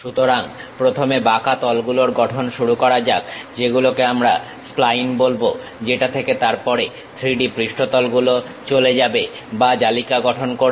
সুতরাং প্রথমে বাঁকা তলগুলোর গঠন শুরু করা যাক যেগুলোকে আমরা স্প্লাইন বলবো যেটা থেকে তারপরে 3D পৃষ্ঠতল গুলো চলে যাবে বা জালিকা গঠন করবে